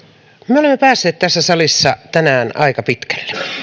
olemme päässeet tässä salissa tänään aika pitkälle